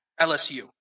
LSU